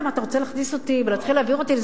אתה רוצה להכניס אותי ולהתחיל להעביר אותי,